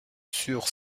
sur